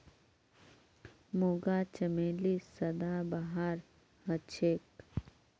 मूंगा चमेली सदाबहार हछेक